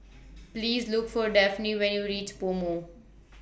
Please Look For Dafne when YOU REACH Pomo